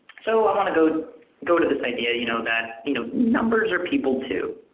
so i want to go to go to this idea you know that you know numbers are people too.